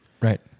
right